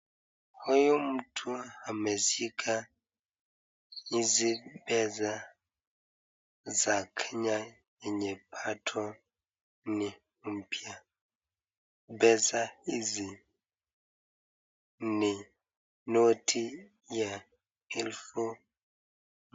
Huyu mtu ameshika hizi pesa za Kenya yenye bado ni mpya. Pesa hizi ni noti ya elfu.